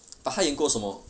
but 他演过什么